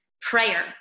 prayer